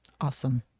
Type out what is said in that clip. awesome